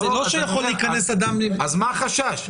אם כן, מה החשש?